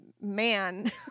man